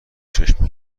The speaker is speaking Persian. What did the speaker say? چشم